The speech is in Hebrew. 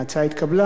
ההצעה התקבלה.